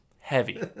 heavy